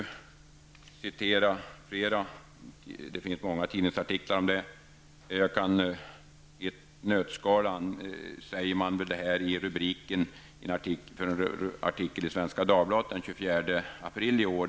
Det finns många tidningsartiklar om detta -- jag skall nu inte citera fler. I ett nötskal sägs det här i rubrikerna till en artikel i Svenska Dagbladet av den 24 april i år.